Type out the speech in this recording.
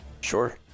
Sure